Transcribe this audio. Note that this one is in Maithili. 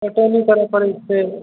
पटौनी करऽ पड़ै छै